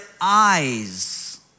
eyes